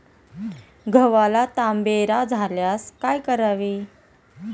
गव्हाला तांबेरा झाल्यास काय करावे?